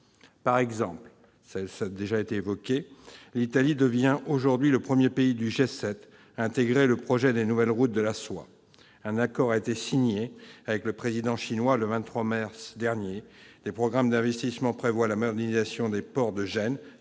rappelé, l'Italie est le premier pays du G7 à entrer dans le projet des nouvelles routes de la soie. Un accord a été signé avec le Président chinois le 23 mars dernier. Les programmes d'investissements prévoient la modernisation des ports de Gênes